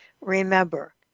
remember